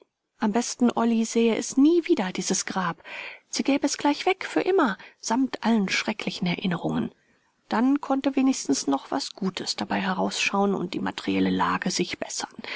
am besten olly sähe es nie wieder dieses grab sie gäbe es gleich weg für immer samt allen schrecklichen erinnerungen dann konnte wenigstens noch was gutes dabei herausschauen und die materielle lage sich bessern